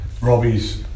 Robbie's